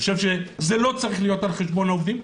אני חושב שזה לא צריך להיות על חשבון העובדים,